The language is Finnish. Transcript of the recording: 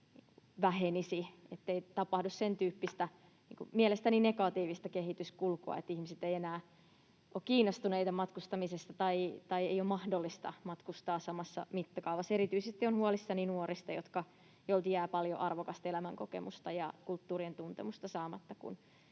ettei tapahdu sen tyyppistä mielestäni negatiivista kehityskulkua, että ihmiset eivät enää ole kiinnostuneita matkustamisesta tai ei ole mahdollista matkustaa samassa mittakaavassa. Erityisesti olen huolissani nuorista, joilta jää paljon arvokasta elämänkokemusta ja kulttuurien tuntemusta saamatta,